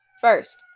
First